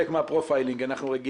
זה חלק מהפרופיילינג, אנחנו רגילים.